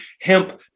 hemp